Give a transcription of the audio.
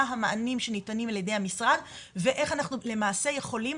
מה המענים שניתנים על ידי המשרד ואיך אנחנו בעצם יכולים